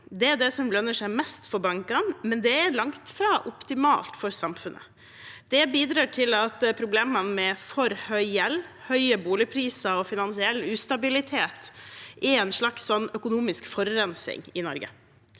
Det er det som lønner seg mest for bankene, men det er langt fra optimalt for samfunnet. Det bidrar til at problemene med for høy gjeld, høye boligpriser og finansiell ustabilitet er en slags økonomisk forurensning i Norge.